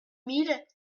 mille